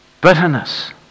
bitterness